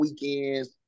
Weekends